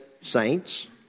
saints